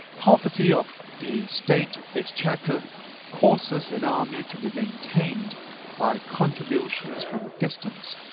poverty of the state exchequer causes an army to be maintained by contributions from a distance.